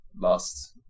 last